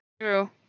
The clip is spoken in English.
True